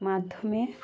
মাধ্যমে